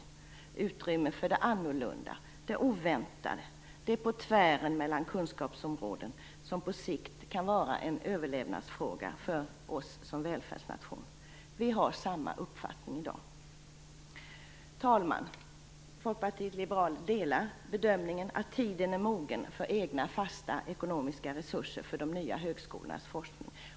Det ger utrymme för det annorlunda, det oväntade och det som är på tvären mellan kunskapsområden och som på sikt kan vara en överlevnadsfråga för oss som välfärdsnation. Vi har samma uppfattning i dag. Herr talman! Folkpartiet liberalerna delar bedömningen att tiden är mogen för egna fasta ekonomiska resurser för de nya högskolornas forskning.